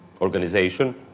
organization